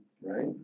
Right